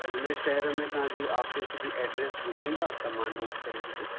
अजमेर शहर में तव्हांजी ऑफ़िस जी एड्रेस ॿुधाईंदा त मां नोट करे छॾियां